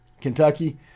Kentucky